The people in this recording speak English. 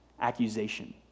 accusation